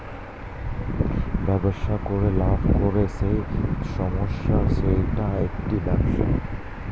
ব্যবসা করে লাভ করে যেই সংস্থা সেইটা একটি ব্যবসা